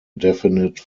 definitive